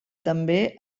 també